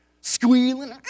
Squealing